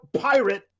pirate